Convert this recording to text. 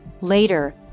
Later